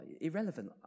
Irrelevant